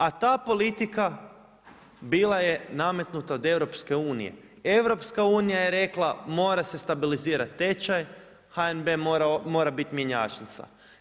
A ta politika bila je nametnuta od EU-a, EU je rekla mora se stabilizirati tečaj, HNB mora biti mjenjačnica.